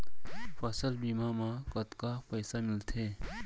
फसल बीमा म कतका पइसा मिलथे?